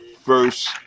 first